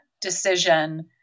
decision